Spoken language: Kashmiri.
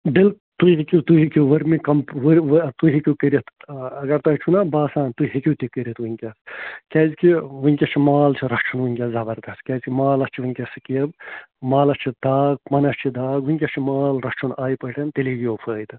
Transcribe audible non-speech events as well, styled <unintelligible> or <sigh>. <unintelligible> تُہۍ ہیٚکِو تُہۍ ہیٚکِو ؤرمہِ کَمپو تُہۍ ہیٚکِو کٔرِتھ اَگر تۄہہِ چھُنَہ باسان تُہۍ ہیٚکِو تہِ کٔرِتھ وٕنۍکٮ۪س کیٛازکہِ وٕنۍکٮ۪س چھُ مال چھُ رَچھُن وٕنۍکٮ۪ن زَبَردَس کیٛازکہِ مالَس چھِ وٕنۍکٮ۪س سٕکیب مالَس چھُ داگ پَنَس چھِ داگ وٕنۍکٮ۪س چھُ مال رَچھُن آیہِ پٲٹھۍ تیٚلی یِیِو فٲیدٕ